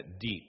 deep